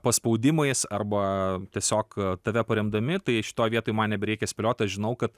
paspaudimais arba tiesiog tave paremdami tai šitoj vietoj man nebereikia spėliot aš žinau kad